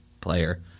player